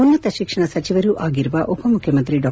ಉನ್ನತ ಶಿಕ್ಷಣ ಸಚಿವರೂ ಆಗಿರುವ ಉಪಮುಖ್ಯಮಂತ್ರಿ ಡಾ